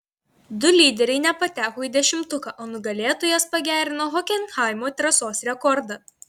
du lyderiai nepateko į dešimtuką o nugalėtojas pagerino hokenhaimo trasos rekordą